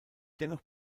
dennoch